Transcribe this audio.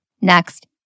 Next